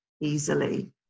easily